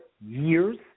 years